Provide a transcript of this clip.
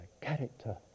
character